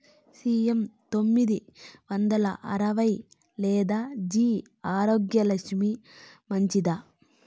CM తొమ్మిది వందల అరవై లేదా జి భాగ్యలక్ష్మి మంచిదా?